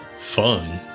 Fun